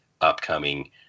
upcoming